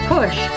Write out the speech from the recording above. Push